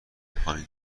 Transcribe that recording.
پایین